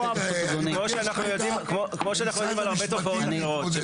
כמו שאנחנו יודעים על הרבה תופעות אחרות.